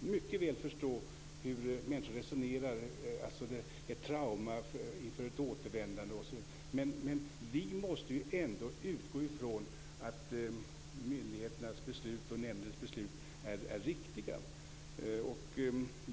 mycket väl förstå hur människor resonerar. De kan uppleva ett trauma inför återvändandet osv. Men vi måste ändå utgå ifrån att myndigheternas och nämndens beslut är riktiga.